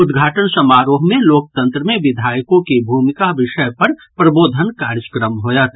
उद्घाटन समारोह मे लोकतंत्र मे विधायको की भूमिका विषय पर प्रबोधन कार्यक्रम होयत